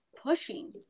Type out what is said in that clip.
pushing